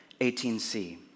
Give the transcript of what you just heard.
18C